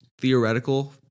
theoretical